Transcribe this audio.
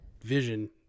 Vision